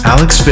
Alex